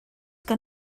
que